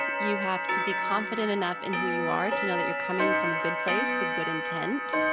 you have to be confident enough in who you are to know that you're coming from a good place with good intent.